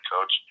coach